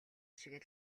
шиг